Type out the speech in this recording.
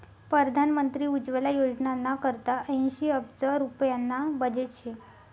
परधान मंत्री उज्वला योजनाना करता ऐंशी अब्ज रुप्याना बजेट शे